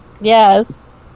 Yes